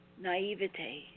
naivete